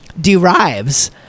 derives